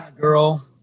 girl